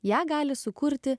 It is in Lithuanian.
ją gali sukurti